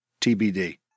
TBD